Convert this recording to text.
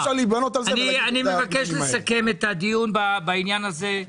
אני מבקש לסכם את הדיון בעניין הזה.